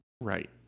right